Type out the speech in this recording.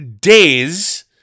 days